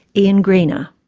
ian greener.